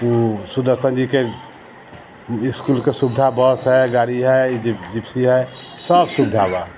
ओ सुदर्शन जीके इसकुलके सुविधा बस हइ गाड़ी हइ जिप्सी हइ सब सुविधा बा